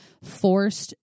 forced